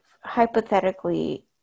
hypothetically